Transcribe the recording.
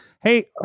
Hey